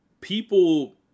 people